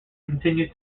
continues